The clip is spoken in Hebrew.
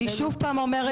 אני שוב פעם אומרת,